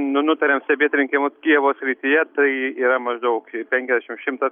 nu nutarėm stebėt rinkimus kijevo srityje tai yra maždaug penkiasdešimt šimtas